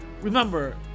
remember